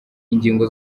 ingingo